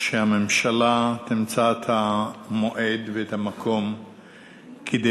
שהממשלה תמצא את המועד ואת המקום כדי